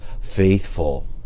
faithful